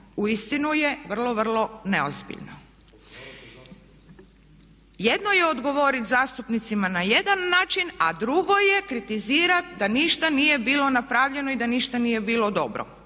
uistinu je vrlo, vrlo neozbiljno. Jedno je odgovorit zastupnicima na jedan način a drugo je kritizirat da ništa nije bilo napravljeno i da ništa nije bilo dobro.